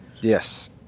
yes